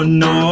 no